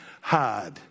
hide